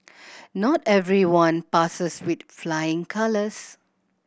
not everyone passes with flying colours